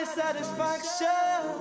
satisfaction